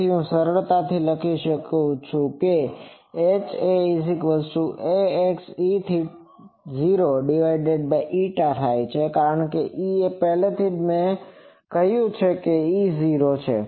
તેથી હું સરળતાથી લખી શકું છું કે Haax E0 કારણ કે Ea પહેલેથી જ મેં કહ્યું છે કે તે E0 છે